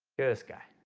this guy